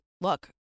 look